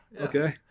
Okay